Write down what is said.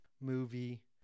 movie